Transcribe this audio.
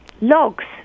logs